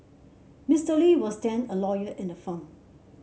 Mister Lee was then a lawyer in the firm